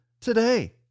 today